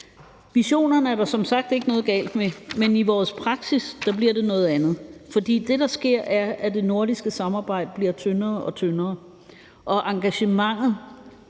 Visionerne er der som sagt ikke noget galt med, men i vores praksis bliver det noget andet, for det, der sker, er, at det nordiske samarbejde bliver tyndere og tyndere, og det